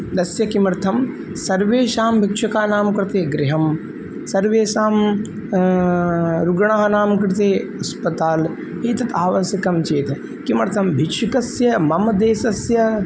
तस्य किमर्थं सर्वेषां भिक्षुकाणां कृते गृहं सर्वेषां रुग्णानां कृते अस्पताल् एतत् आवस्यकं चेत् किमर्थं भिक्षुकस्य मम देशस्य